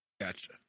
Gotcha